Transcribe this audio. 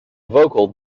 vocal